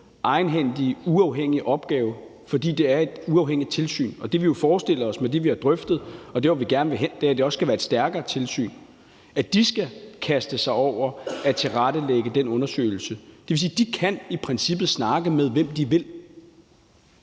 egenhændige, uafhængige opgave, fordi det er et uafhængigt tilsyn. Det, vi jo forestiller os med det, vi har drøftet, og der, hvor vi gerne vil hen, er, at det også skal være et stærkere tilsyn – at de skal kaste sig over at tilrettelægge den undersøgelse. Det vil sige, at de i princippet kan snakke med, hvem de vil.